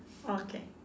okay